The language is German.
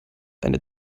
eine